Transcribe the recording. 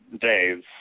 days